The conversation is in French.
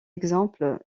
exemples